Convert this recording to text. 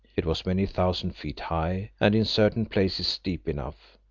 it was many thousand feet high and in certain places steep enough,